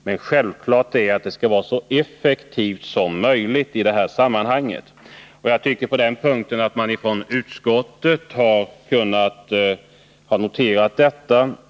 Men det är självklart att tullen skall vara så effektiv som möjligt i detta sammanhang. Jag tycker att utskottet på den här punkten har noterat detta.